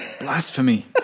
Blasphemy